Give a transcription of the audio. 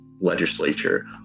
legislature